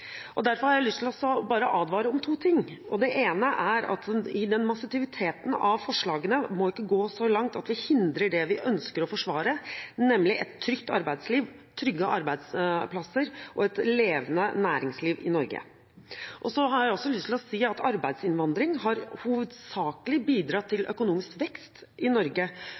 Derfor har jeg lyst til å advare om to ting. Det ene er at massiviteten i forslagene ikke må gå så langt at vi hindrer det vi ønsker å forsvare, nemlig et trygt arbeidsliv, trygge arbeidsplasser og et levende næringsliv i Norge. Jeg har også lyst til å si at arbeidsinnvandring hovedsakelig har bidratt til økonomisk vekst i Norge.